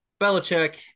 Belichick